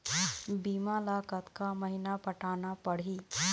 बीमा ला कतका महीना पटाना पड़ही?